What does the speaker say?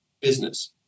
business